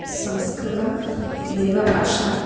संस्कृतं देवभाषा